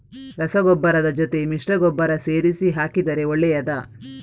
ರಸಗೊಬ್ಬರದ ಜೊತೆ ಮಿಶ್ರ ಗೊಬ್ಬರ ಸೇರಿಸಿ ಹಾಕಿದರೆ ಒಳ್ಳೆಯದಾ?